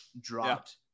Dropped